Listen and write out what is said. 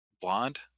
blonde